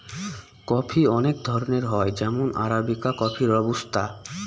coffee অনেক ধরনের হয় যেমন আরাবিকা কফি, রোবুস্তা